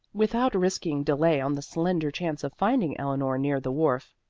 without risking delay on the slender chance of finding eleanor near the wharf.